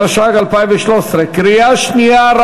התשע"ג 2013 קריאה שנייה,